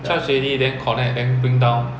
charge already then connect then bring down